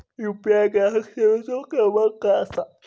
UPI ग्राहक सेवेचो क्रमांक काय असा?